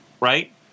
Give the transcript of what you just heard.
right